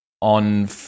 on